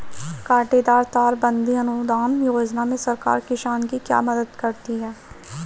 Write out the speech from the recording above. कांटेदार तार बंदी अनुदान योजना में सरकार किसान की क्या मदद करती है?